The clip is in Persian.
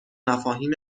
مفاهیم